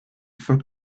for